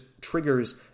triggers